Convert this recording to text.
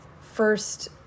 first